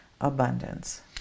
abundance